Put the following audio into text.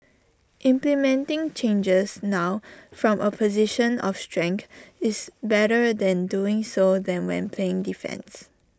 implementing changes now from A position of strength is better than doing so than when playing defence